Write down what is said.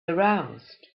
aroused